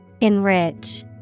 Enrich